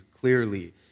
clearly